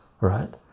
right